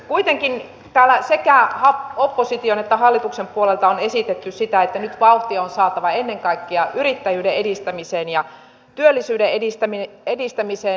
kuitenkin täällä sekä opposition että hallituksen puolelta on esitetty sitä että nyt vauhtia on saatava ennen kaikkea yrittäjyyden edistämiseen ja työllisyyden edistämiseen